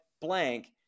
blank